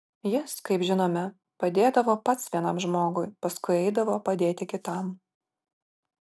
jis kaip žinome padėdavo pats vienam žmogui paskui eidavo padėti kitam